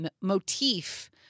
motif